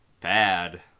bad